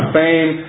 fame